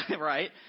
right